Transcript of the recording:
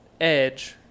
edge